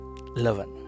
eleven